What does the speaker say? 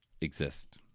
exist